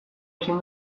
ezin